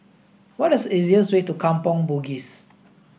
what is easiest way to Kampong Bugis